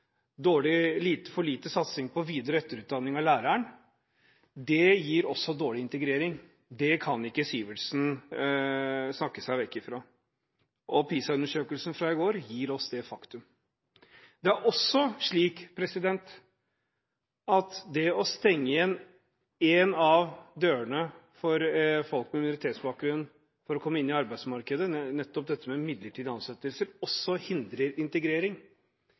lite satsing på skolen og for lite satsing på videre- og etterutdanning av lærere også gir dårlig integrering. Det kan ikke Sivertsen snakke seg vekk fra, og PISA-undersøkelsen fra i går gir oss det faktum. Det er også slik at det å stenge igjen en av de dørene som finnes for folk med minoritetsbakgrunn for å komme seg inn i arbeidsmarkedet – nemlig midlertidige ansettelser – også hindrer integrering.